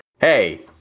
hey